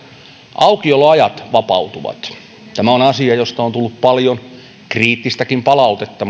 aukioloajat vapautuvat tämä on asia josta on tullut paljon kriittistäkin palautetta